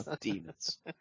demons